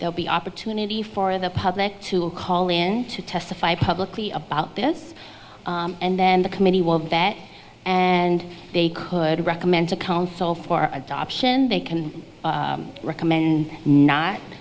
they'll be opportunity for the public to call in to testify publicly about this and then the committee will vet and they could recommend to council for adoption they can recommend not